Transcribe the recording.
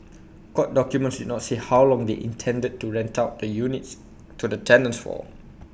court documents did not say how long they intended to rent out the units to the tenants for